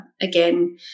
again